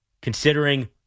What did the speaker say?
Considering